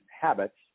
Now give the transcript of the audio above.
habits